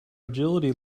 agility